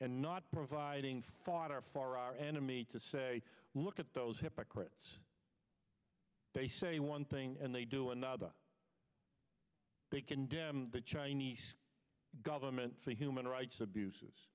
and not providing faught are far enemy to say look at those hypocrites they say one thing and they do another they condemn the chinese government for human rights abuses